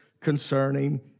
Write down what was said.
concerning